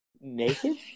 naked